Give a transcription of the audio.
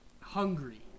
hungry